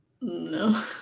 No